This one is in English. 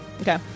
okay